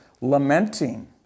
lamenting